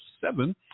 seven